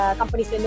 companies